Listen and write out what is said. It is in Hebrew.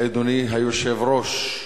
אדוני היושב-ראש.